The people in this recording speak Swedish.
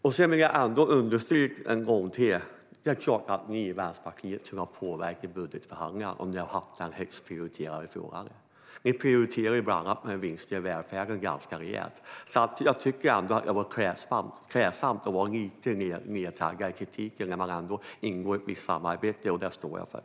Jag vill ändå understryka en gång till att det är klart att ni i Vänsterpartiet kunde ha påverkat budgetförhandlingarna om ni hade haft detta som er högst prioriterade fråga. Ni prioriterade bland annat frågan om vinster i välfärden ganska rejält. Jag tycker att det vore klädsamt att vara lite mer nedtaggad i kritiken när man ändå ingår i ett visst samarbete. Det står jag för.